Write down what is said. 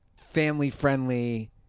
Family-friendly